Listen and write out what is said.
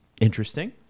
Interesting